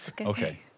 Okay